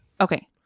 Okay